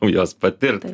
jos patirt